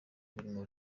burimo